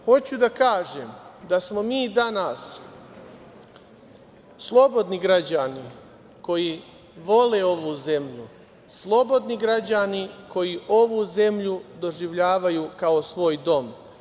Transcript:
Hoću da kažem da smo mi danas slobodni građani koji vole ovu zemlju, slobodni građani koji ovu zemlju doživljavaju kao svoj dom.